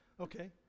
Okay